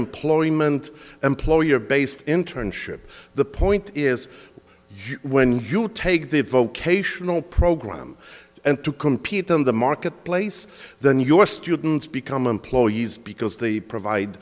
employment employer based internship the point is when you take the vocational program and to compete in the marketplace then your students become employees because they